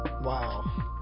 Wow